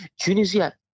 Tunisia